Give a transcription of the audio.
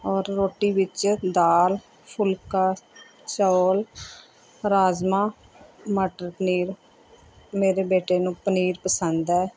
ਔਰ ਰੋਟੀ ਵਿੱਚ ਦਾਲ ਫੁਲਕਾ ਚੌਲ ਰਾਜਮਾ ਮਟਰ ਪਨੀਰ ਮੇਰੇ ਬੇਟੇ ਨੂੰ ਪਨੀਰ ਪਸੰਦ ਹੈ